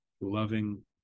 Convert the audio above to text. loving